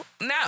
no